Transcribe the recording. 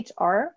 HR